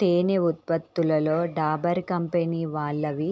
తేనె ఉత్పత్తులలో డాబర్ కంపెనీ వాళ్ళవి